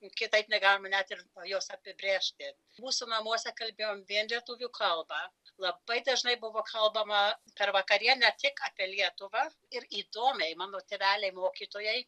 ir kitaip negalima net ir juos apibrėžti mūsų namuose kalbėjom vien lietuvių kalba labai dažnai buvo kalbama per vakarienę tik apie lietuvą ir įdomiai mano tėveliai mokytojai